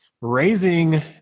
raising